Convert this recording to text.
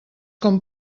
com